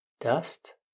Dust